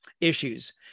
issues